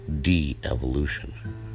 de-evolution